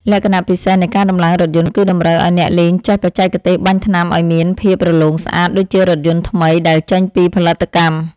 លក្ខណៈពិសេសនៃការដំឡើងរថយន្តគឺតម្រូវឱ្យអ្នកលេងចេះបច្ចេកទេសបាញ់ថ្នាំឱ្យមានភាពរលោងស្អាតដូចជារថយន្តថ្មីដែលចេញពីផលិតកម្ម។